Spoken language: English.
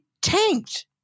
tanked